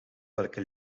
welke